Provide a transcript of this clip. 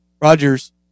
Rogers